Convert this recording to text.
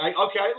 Okay